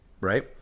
Right